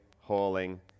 hauling